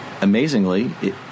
amazingly